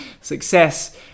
success